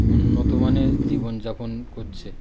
উন্নতমানের জীবনযাপন করছে